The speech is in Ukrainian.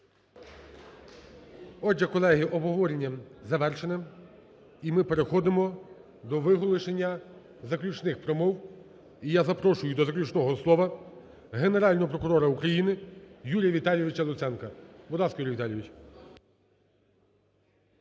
Отже, колеги, обговорення завершене і ми переходимо до виголошення заключних промов. І я запрошую до заключного слова Генерального прокурора України Юрія Віталійовича Луценка. Будь ласка, Юрій Віталійович.